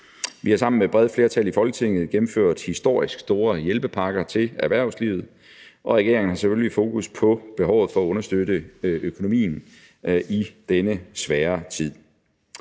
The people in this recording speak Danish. Vi har sammen med brede flertal i Folketinget gennemført historisk store hjælpepakker til erhvervslivet, og regeringen har selvfølgelig fokus på behovet for at understøtte økonomien i denne svære tid.